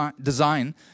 design